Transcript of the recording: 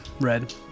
red